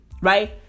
right